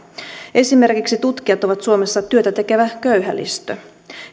esimerkiksi tutkijat ovat suomessa työtä tekevä köyhälistö